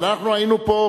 אבל אנחנו היינו פה,